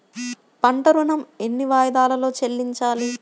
పంట ఋణం ఎన్ని వాయిదాలలో చెల్లించాలి?